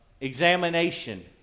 examination